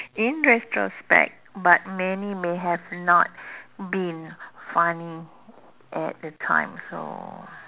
in retrospect but many may have not been funny at the time so